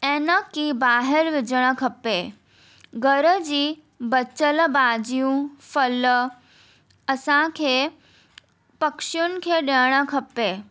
ऐं न की ॿाहिरि विझणु खपे घर जी बचियल भाॼियूं फल असांखे पख़ीयुनि खे ॾियणु खपे